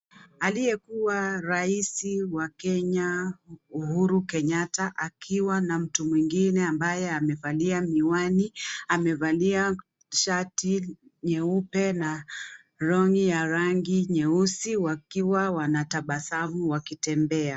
Aliyekuwa rais wa Kenya Uhuru Kenyatta akiwa na mtu mwingine ambaye amevalia miwani amevalia shati nyeupe na long'i ya rangi nyeusi wakiwa wanatabasamu wakitembea.